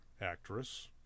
actress